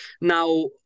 Now